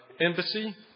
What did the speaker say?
embassy